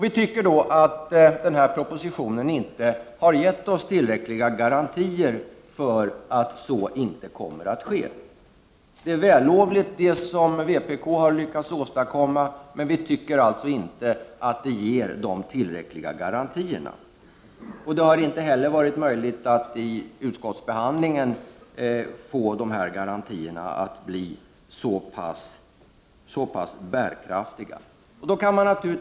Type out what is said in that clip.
Vi tycker inte att propositionen har gett tillräckliga garantier för att så inte kommer att ske. Det som vpk har lyckats åstadkomma är vällovligt, men det ger inte tillräckliga garantier. Det har inte heller vid utskottsbehandlingen varit möjligt att få dessa garantier att bli så pass bärkraftiga.